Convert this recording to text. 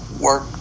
work